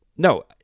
No